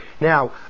Now